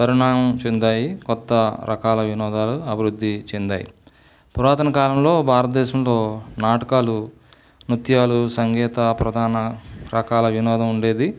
పరిణామం చెందాయి కొత్త రకాల వినోదాలు అభివృద్ది చెందాయి పురాతన కాలంలో భారత దేశంలో నాటకాలు నృత్యాలు సంగీత ప్రధాన రకాల వినోదం ఉండేది